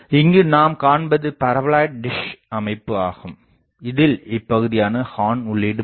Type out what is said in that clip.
இங்கு நாம் காண்பது பரபோலாய்ட் டிஷ் அமைப்பு ஆகும் இதில் இப்பகுதியானது ஹார்ன் உள்ளீடு பகுதியாகும்